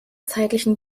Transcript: zeitlichen